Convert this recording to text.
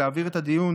להעביר את הדיון